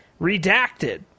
redacted